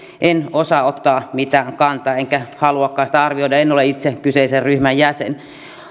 en osaa ottaa mitään kantaa enkä haluakaan sitä arvioida en ole itse kyseisen ryhmän jäsen